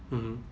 mmhmm